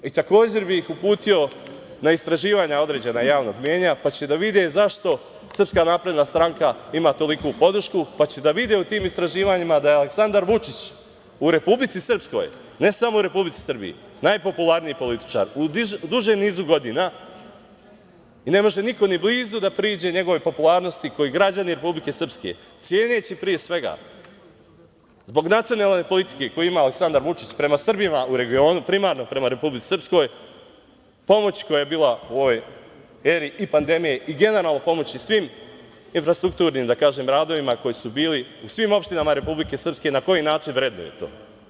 Takođe bih uputio na istraživanja određenih javnih mnjenja, pa će da vide zašto SNS ima toliku podršku, pa će da vide u tim istraživanjima zašto je Aleksandar Vučić u Republici Srpskoj, ne samo u Republici Srbiji, najpopularniji političar u dužem nizu godina i ne može niko, ni blizu, da priđe njegovoj popularnosti koju građani Republike Srpske, ceneći, zbog nacionalne politike koju ima Aleksandar Vučić prema Srbima u regionu, primarno prema Republici Srpskoj, pomoć koja je bila u eri i pandemiji i generalno pomoć svim infrastrukturnim radovima koji su bili u svim opštinama Republike Srpske na koji način vrednuje to.